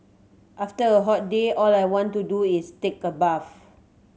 after a hot day all I want to do is take a bath